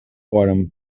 autumn